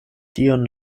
dion